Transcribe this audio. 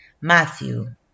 Matthew